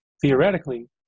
theoretically